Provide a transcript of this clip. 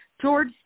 George